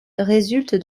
résulte